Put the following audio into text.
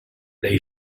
they